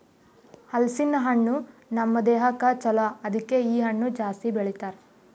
ಹಲಸಿನ ಹಣ್ಣು ನಮ್ ದೇಹಕ್ ಛಲೋ ಅದುಕೆ ಇ ಹಣ್ಣು ಜಾಸ್ತಿ ಬೆಳಿತಾರ್